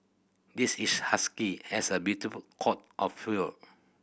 this is husky has a beautiful coat of fur